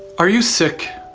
are you sick?